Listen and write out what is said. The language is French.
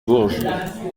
bourges